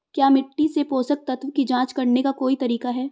क्या मिट्टी से पोषक तत्व की जांच करने का कोई तरीका है?